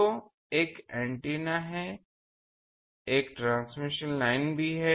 तो एक एंटीना है लेकिन एक ट्रांसमिशन लाइन भी है